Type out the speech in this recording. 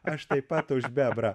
aš taip pat už bebrą